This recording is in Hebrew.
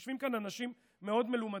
יושבים כאן אנשים מאוד מלומדים.